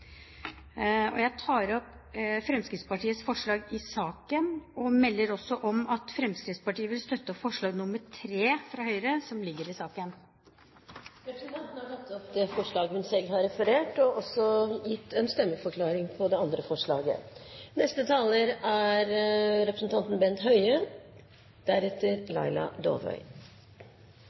Jeg tar opp Fremskrittspartiets forslag i saken og melder også om at Fremskrittspartiet vil støtte forslag nr. 3 fra Høyre, som ligger i saken. Representanten Kari Kjønaas Kjos har tatt opp det forslaget hun refererte til. Hun har også gitt en stemmeforklaring. Bakgrunnen for dette forslaget